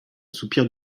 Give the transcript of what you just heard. soupir